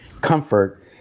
comfort